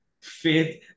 faith